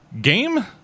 Game